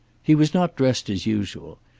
he was not dressed as usual.